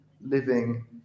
living